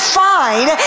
fine